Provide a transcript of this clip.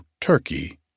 Turkey